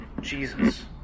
Jesus